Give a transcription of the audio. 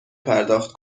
پرداخت